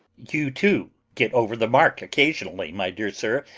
you too get over the mark occasionally, my dear sir,